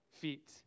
feet